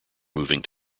moving